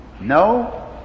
No